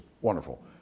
wonderful